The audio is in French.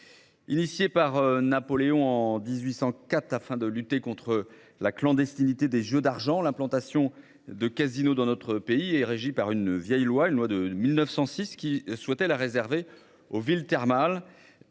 Initiée par Napoléon en 1804 afin de lutter contre la clandestinité des jeux d'argent. L'implantation de casinos dans notre pays est régie par une vieille loi, une loi de 1906 qui souhaitait la réserver aux villes thermales